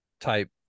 type